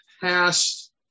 past